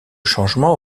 changement